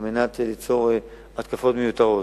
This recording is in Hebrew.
כדי ליצור התקפות מיותרות.